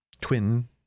twin